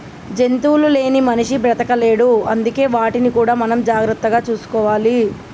జంతువులు లేని మనిషి బతకలేడు అందుకే వాటిని కూడా మనం జాగ్రత్తగా చూసుకోవాలి